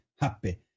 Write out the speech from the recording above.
happy